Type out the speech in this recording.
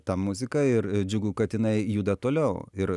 ta muzika ir džiugu kad jinai juda toliau ir